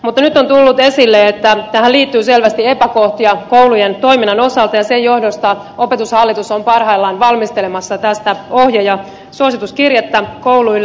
mutta nyt on tullut esille että tähän liittyy selvästi epäkohtia koulujen toiminnan osalta ja sen johdosta opetushallitus on parhaillaan valmistelemassa tästä ohje ja suosituskirjettä kouluille